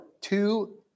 two